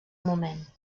moment